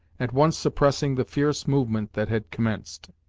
at once suppressing the fierce movement that had commenced.